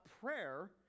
prayer